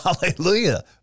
Hallelujah